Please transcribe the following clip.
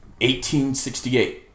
1868